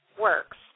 works